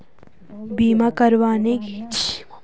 बीमा करवाने के क्या फायदे हैं?